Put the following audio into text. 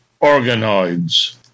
organoids